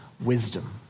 wisdom